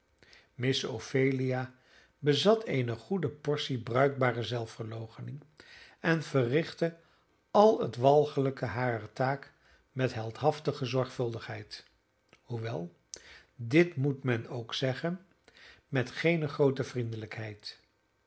miss ophelia bezat eene goede portie bruikbare zelfverloochening en verrichtte al het walgelijke harer taak met heldhaftige zorgvuldigheid hoewel dit moet men ook zeggen met geene groote vriendelijkheid want